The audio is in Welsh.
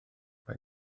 mae